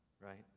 Right